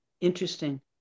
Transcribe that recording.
Interesting